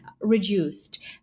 reduced